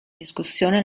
discussione